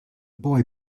boy